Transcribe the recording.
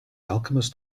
alchemist